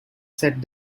said